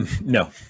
No